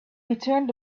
returned